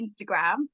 Instagram